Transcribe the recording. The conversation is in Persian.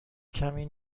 کمی